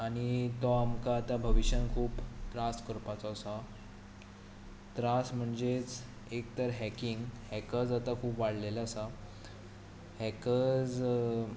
आनी तो आतां आमकां भविश्यांत खूब त्रास करपाचो आसा त्रास म्हणजेच एक तर हॅकींग हॅकर्स आतां खूब वाडिल्ले आसा हॅकर्स